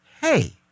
Hey